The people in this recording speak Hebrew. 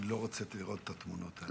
אני לא רוצה לראות את התמונות האלה.